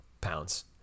pounds